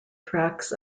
tracts